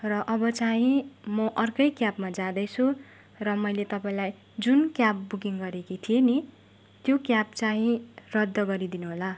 र अब चाहिँ म अर्कै क्याबमा जाँदैछु र मैले तपाईँलाई जुन क्याब बुकिङ गरेकी थिएँ नि त्यो क्याब चाहिँ रद्द गरिदिनुहोला